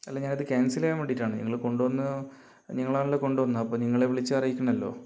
അല്ല ഞാനിത് ക്യാൻസൽ ചെയ്യാൻ വേണ്ടിയിട്ടാണ് നിങ്ങൾ കൊണ്ടുവന്ന നിങ്ങളാണല്ലോ കൊണ്ടുവന്നത് അപ്പോൾ നിങ്ങളെ വിളിച്ച് അറിയിക്കണമല്ലോ